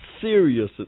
serious